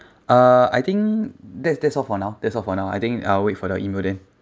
uh I think that's that's all for now that's all for now I think I'll wait for the email then